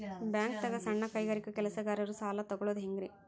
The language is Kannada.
ಬ್ಯಾಂಕ್ದಾಗ ಸಣ್ಣ ಕೈಗಾರಿಕಾ ಕೆಲಸಗಾರರು ಸಾಲ ತಗೊಳದ್ ಹೇಂಗ್ರಿ?